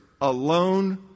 alone